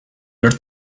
your